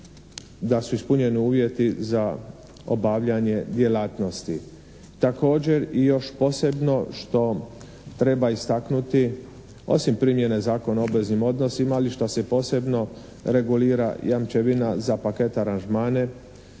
da su ispunjeni uvjeti za obavljanje djelatnosti. Također i još posebno što treba istaknuti osim primjene Zakona o obveznim odnosima ali šta se posebno regulira jamčevina za paket aranžmana,